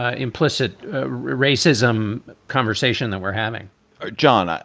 ah implicit racism conversation that we're having ah john, ah